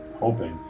hoping